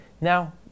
Now